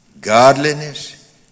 godliness